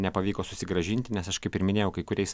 nepavyko susigrąžinti nes aš kaip ir minėjau kai kuriais